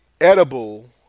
Edible